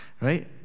Right